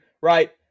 Right